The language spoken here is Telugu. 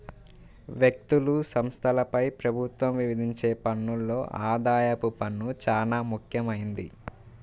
వ్యక్తులు, సంస్థలపై ప్రభుత్వం విధించే పన్నుల్లో ఆదాయపు పన్ను చానా ముఖ్యమైంది